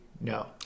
no